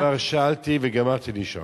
אני כבר שאלתי וגמרתי לשאול.